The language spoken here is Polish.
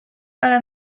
ale